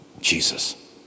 Jesus